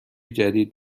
جدید